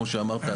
כמו שאמרת,